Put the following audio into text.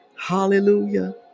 hallelujah